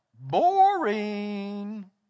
boring